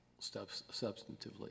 substantively